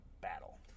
battle